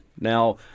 Now